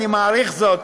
ואני מעריך זאת,